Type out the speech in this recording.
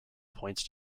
points